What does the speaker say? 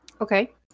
Okay